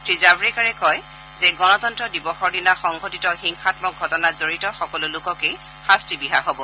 শ্ৰীজাবড়েকাৰে কয় যে গণতন্ত্ৰ দিৱসৰ দিনা সংঘটিত হিংসামক ঘটনাত জড়িত সকলো লোককে শাস্তি বিহা হব